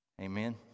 Amen